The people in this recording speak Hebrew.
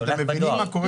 זה מצד אחד,